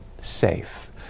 safe